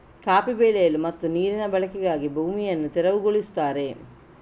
coffee ಬೆಳೆಯಲು ಮತ್ತು ನೀರಿನ ಬಳಕೆಗಾಗಿ ಭೂಮಿಯನ್ನು ತೆರವುಗೊಳಿಸುತ್ತಾರೆ